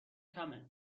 کمه